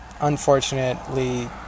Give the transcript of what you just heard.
unfortunately